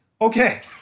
Okay